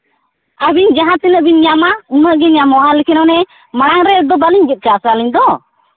ᱟᱹᱵᱤᱱ ᱡᱟᱦᱟᱸ ᱛᱤᱱᱟᱹᱜ ᱵᱤᱱ ᱧᱟᱢᱟ ᱩᱱᱟᱹᱜ ᱜᱮ ᱧᱟᱢᱚᱜᱼᱟ ᱞᱮᱠᱤᱱ ᱚᱱᱮ ᱢᱟᱲᱟᱝ ᱨᱮᱫᱚ ᱵᱟᱹᱞᱤᱧ ᱜᱮᱫ ᱠᱟᱜᱼᱟ ᱥᱮ ᱟᱹᱞᱤᱧ ᱫᱚ